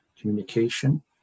communication